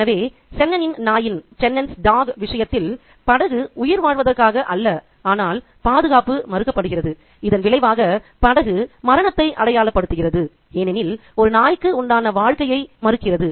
எனவே சென்னனின் நாயின்Chennans dog's விஷயத்தில் படகு உயிர்வாழ்வதற்காக அல்ல ஆனால் பாதுகாப்பு மறுக்கப்படுகிறது இதன் விளைவாக படகு மரணத்தை அடையாளப்படுத்துகிறது ஏனெனில் அது நாய்க்கு உண்டான வாழ்க்கையை மறுக்கிறது